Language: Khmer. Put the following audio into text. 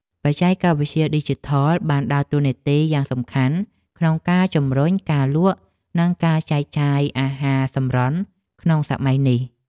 បច្ចេកវិទ្យាឌីជីថលបានដើរតួនាទីយ៉ាងសំខាន់ក្នុងការជំរុញការលក់និងការចែកចាយអាហារសម្រន់ក្នុងសម័យនេះ។